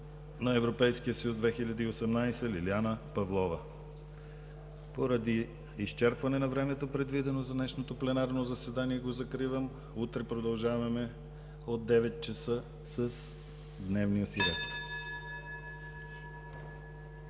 на Европейския съюз 2018 Лиляна Павлова. Поради изчерпване на времето, предвидено за днешното пленарно заседание, го закривам. Утре продължаваме от 9,00 ч. с дневния си ред.